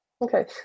Okay